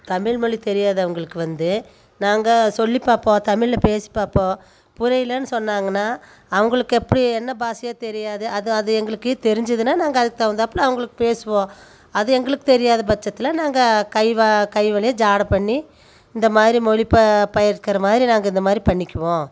தமிழ் மொழி தெரியாதவங்களுக்கு வந்து நாங்கள் சொல்லிப்பார்ப்போம் தமிழில் பேசிப்பார்ப்போம் புரியலனு சொன்னாங்கன்னா அவங்களுக்கு எப்படி என்ன பாஷையோ தெரியாது அது அது எங்களுக்கு தெரிஞ்சிதுனா நாங்கள் அதுக்கு தகுந்தாப்புல அவங்களுக்கு பேசுவோம் அது எங்களுக்கு தெரியாத பட்சத்தில் நாங்கள் கை வா கை வழியாக ஜாடை பண்ணி இந்தமாதிரி மொழி ப பயிர்க்கிற மாதிரி நாங்கள் இந்த மாதிரி பண்ணிக்குவோம்